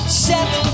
seven